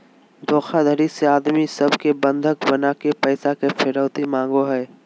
धोखाधडी से आदमी सब के बंधक बनाके पैसा के फिरौती मांगो हय